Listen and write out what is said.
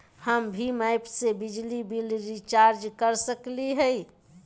हम भीम ऐप से बिजली बिल रिचार्ज कर सकली हई?